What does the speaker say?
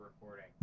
recording